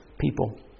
people